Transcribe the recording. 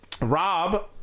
Rob